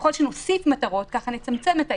ככל שנוסיף מטרות כך נצמצם את האיסור.